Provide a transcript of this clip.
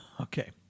Okay